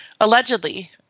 allegedly